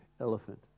elephant